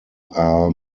are